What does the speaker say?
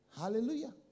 Hallelujah